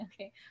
okay